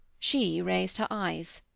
she raised her eyes.